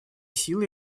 силы